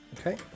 Okay